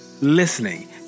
listening